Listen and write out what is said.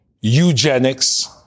eugenics